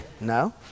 No